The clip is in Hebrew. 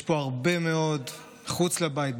יש פה הרבה מאוד מחוץ לבית,